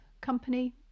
company